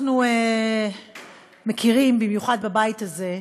אנחנו מכירים, במיוחד בבית הזה,